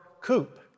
coupe